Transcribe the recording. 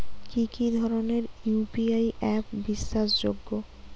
কি কি ধরনের ইউ.পি.আই অ্যাপ বিশ্বাসযোগ্য?